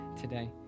today